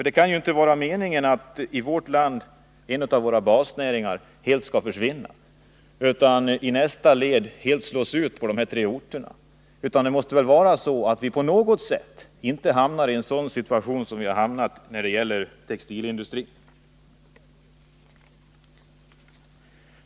Det kan ju inte vara meningen att en av våra basnäringar helt skall försvinna — och i nästa etapp helt slås ut på dessa tre orter. Vi måste ju på något sätt se till att vi inte hamnar i en sådan situation som vi hamnat i när det gäller textilindustrin.